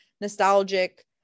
nostalgic